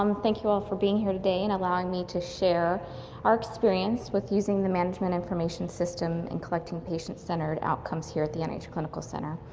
um thank you all for being here today and allowing me to share our experience with using the management information system in collecting patient centered outcomes here at the nih clinical center.